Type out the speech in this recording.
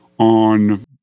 on